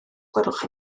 gwelwch